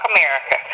America